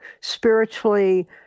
spiritually